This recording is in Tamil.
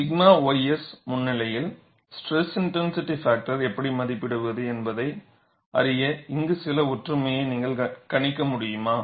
𝛔 ys முன்னிலையில் ஸ்ட்ரெஸ் இன்டென்சிட்டி பாக்டர் எப்படி மதிப்பிடுவது என்பதை அறிய இங்கே சில ஒற்றுமையை நீங்கள் கணிக்க முடியுமா